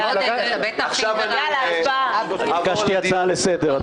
אדוני, ביקשתי הצעה לסדר.